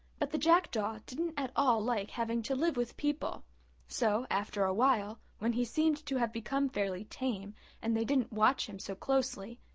but the jackdaw didn't at all like having to live with people so, after a while, when he seemed to have become fairly tame and they didn't watch him so closely,